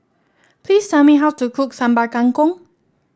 please tell me how to cook Sambal Kangkong